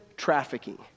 trafficking